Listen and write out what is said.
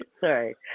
Sorry